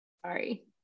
sorry